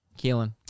Keelan